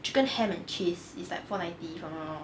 chicken ham and cheese is like four ninety if I am not wrong